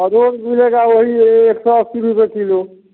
और जो भी मिलेगा वही एक सौ अस्सी रुपए कीलो